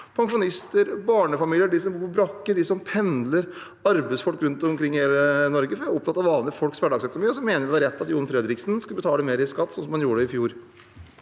pensjonister, barnefamilier, de som bor på brakke, de som pendler, arbeidsfolk rundt omkring i hele Norge, fordi vi er opptatt av vanlige folks hverdagsøkonomi, og vi mener det er rett at John Fredriksen skal betale mer i skatt, sånn som han gjorde i fjor.